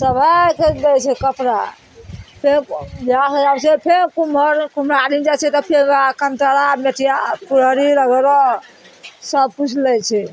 सब आइ छै दै छै कपड़ा फेर बियाह होइ लागय छै फेर कुम्हर कुम्हरा लङ जाइ छै तऽ फेर वएह कन्टारा मेचिया पुरहरी लगहर सबकुछ लै छै